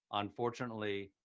unfortunately,